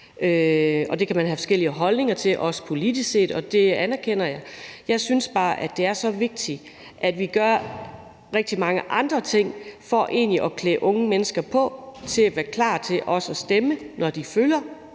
Det kan man have forskellige holdninger til, også politisk set. Det anerkender jeg. Jeg synes bare, at det er så vigtigt, at vi gør rigtig mange andre ting for at klæde unge mennesker på til at være klar til at stemme, når de bliver